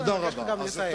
אני מבקש ממך גם לסיים.